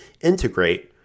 integrate